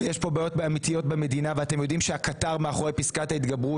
יש כאן בעיות אמיתיות במדינה ואתם יודעים שהקטר מאחורי פסקת ההתגברות